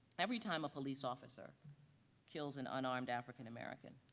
every time a police officer kills an unarmed african american